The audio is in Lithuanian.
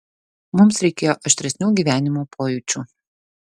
mums reikėjo aštresnių gyvenimo pojūčių